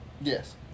Yes